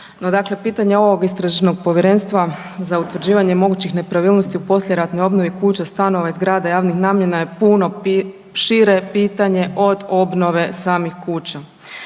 pitanje ovog Istražnog povjerenstva za utvrđivanje mogućih nepravilnosti u poslijeratnoj obnovi kuća, stanova i zgrada javnih namjena je puno šire pitanje od obnove samih kuća.